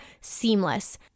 seamless